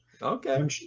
Okay